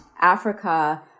Africa